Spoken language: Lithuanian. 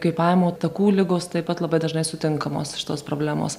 kvėpavimo takų ligos taip pat labai dažnai sutinkamos šitos problemos